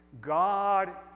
God